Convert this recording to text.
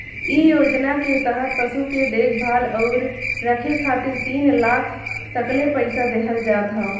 इ योजना के तहत पशु के देखभाल अउरी रखे खातिर तीन लाख तकले पईसा देहल जात ह